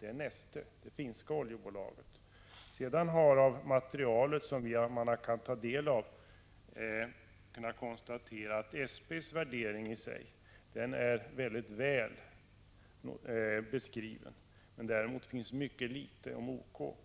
är Neste, det finska oljebolaget. Av det material som man kan ta del av framgår att SP:s värdering i sig är mycket väl beskriven. Däremot sägs det mycket litet om OK.